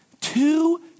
Two